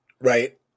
Right